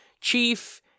chief